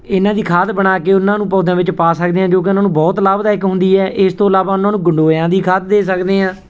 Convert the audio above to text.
ਇਹਨਾਂ ਦੀ ਖਾਦ ਬਣਾ ਕੇ ਉਹਨਾਂ ਨੂੰ ਪੌਦਿਆਂ ਵਿੱਚ ਪਾ ਸਕਦੇ ਹਾਂ ਜੋ ਕਿ ਉਹਨਾਂ ਨੂੰ ਬਹੁਤ ਲਾਭਦਾਇਕ ਹੁੰਦੀ ਹੈ ਇਸ ਤੋਂ ਇਲਾਵਾ ਉਹਨਾਂ ਨੂੰ ਗੰਡੋਇਆਂ ਦੀ ਖਾਦ ਦੇ ਸਕਦੇ ਹਾਂ